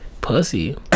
Pussy